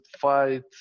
fight